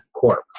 Corp